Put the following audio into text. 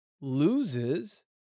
loses